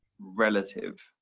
relative